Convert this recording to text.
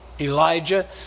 Elijah